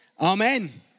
Amen